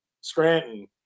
Scranton